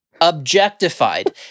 Objectified